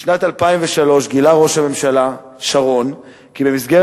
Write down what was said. בשנת 2003 גילה ראש הממשלה שרון כי במסגרת